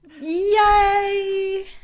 yay